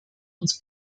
uns